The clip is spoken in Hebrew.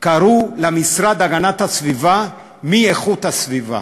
קראו למשרד המשרד להגנת הסביבה, מאיכות הסביבה.